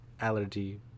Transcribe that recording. allergy